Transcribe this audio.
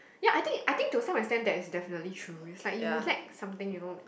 ya I think I think to some extent that is definitely true is like you will let something you know